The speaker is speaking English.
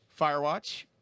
Firewatch